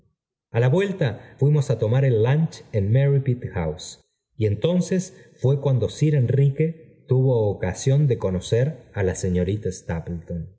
a la vuelta fuimos á tomar el lunch en merripit house y entonces fué cuando sir enrique tuvo ocasión de conocer á la señorita